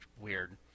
weird